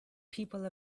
people